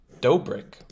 Dobrik